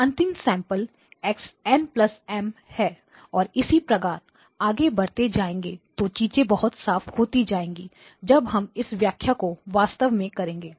यह अंतिम sample x n M है और इसी प्रकार आगे बढ़ते जाएंगे तो चीजें बहुत साफ होती जाएंगी जब हम इस व्याख्या को वास्तव में करेंगे